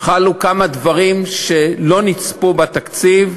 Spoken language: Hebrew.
כמה דברים שלא נצפו בתקציב,